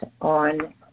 on